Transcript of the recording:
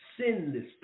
sinless